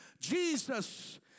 Jesus